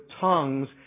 tongues